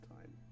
time